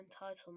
entitlement